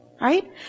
Right